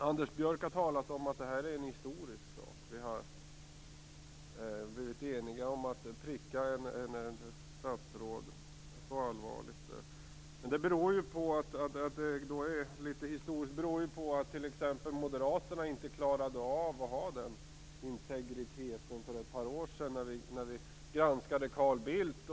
Anders Björck har talat om att det här är en historisk dag eftersom vi har blivit eniga om att pricka ett statsråd på ett så allvarligt sätt. Men att det är litet historiskt beror ju t.ex. på att Moderaterna inte klarade av att ha den integriteten för ett par år sedan när vi granskade Carl Bildt.